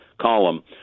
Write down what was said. column